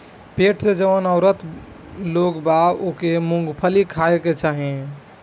पेट से जवन औरत लोग बा ओके मूंगफली खाए के चाही